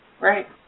Right